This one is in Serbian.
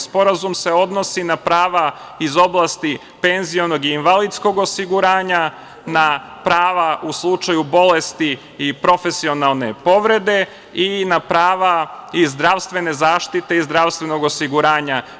Sporazum se odnosi na prava iz oblasti penzijskog i invalidskog osiguranja, na prava u slučaju bolesti i profesionalne povrede i na prava iz zdravstvene zaštite i zdravstvenog osiguranja.